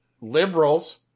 liberals